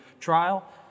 trial